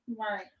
Right